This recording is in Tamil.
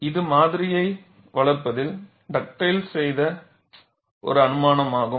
இது மாதிரியை வளர்ப்பதில் டக்டேல் செய்த ஒரு அனுமானமாகும்